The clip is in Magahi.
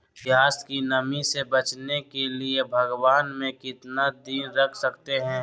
प्यास की नामी से बचने के लिए भगवान में कितना दिन रख सकते हैं?